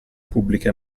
pubbliche